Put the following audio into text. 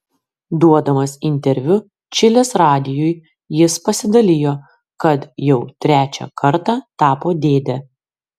duodamas interviu čilės radijui jis pasidalijo kad jau trečią kartą tapo dėde